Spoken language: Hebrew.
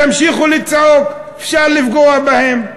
ימשיכו לצעוק, אפשר לפגוע בהם.